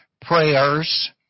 prayers